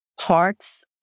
parts